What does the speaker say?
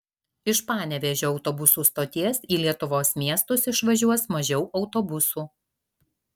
iš panevėžio autobusų stoties į lietuvos miestus išvažiuos mažiau autobusų